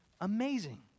Amazing